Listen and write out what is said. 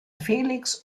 felix